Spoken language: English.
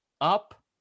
up